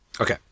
Okay